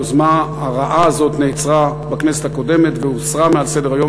היוזמה הרעה הזאת נעצרה בכנסת הקודמת והוסרה מעל סדר-היום,